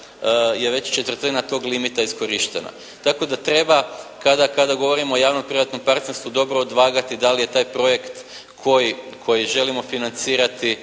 je već četvrtina tog limita iskorištena. Tako da treba kada govorimo o javno-privatnom partnerstvu dobro odvagati da li je taj projekt koji želimo financirati